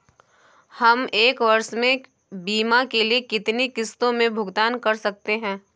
हम एक वर्ष में बीमा के लिए कितनी किश्तों में भुगतान कर सकते हैं?